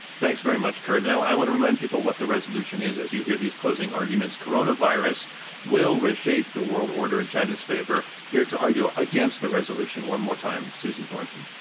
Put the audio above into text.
thanks very much, kurt. and i want to remind people what the resolution is, as you hear these closing arguments coronavirus will reshape the world order in china's favor. here to argue against the resolution one more time, susan thornton.